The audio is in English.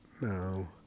No